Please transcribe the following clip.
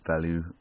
value